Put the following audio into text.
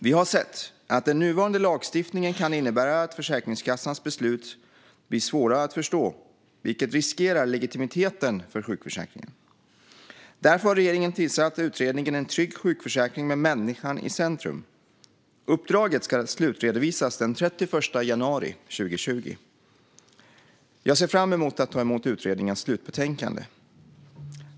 Vi har sett att den nuvarande lagstiftningen kan innebära att Försäkringskassans beslut blir svåra att förstå, vilket riskerar legitimiteten för sjukförsäkringen. Därför har regeringen tillsatt utredningen En trygg sjukförsäkring med människan i centrum. Uppdraget ska slutredovisas den 31 januari 2020. Jag ser fram emot att ta emot utredningens slutbetänkande.